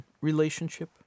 relationship